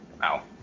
wow